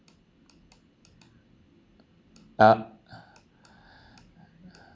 uh